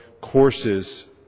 courses